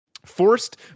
Forced